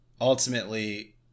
Ultimately